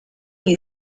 you